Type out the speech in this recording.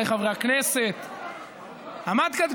נגד, 45. הצעת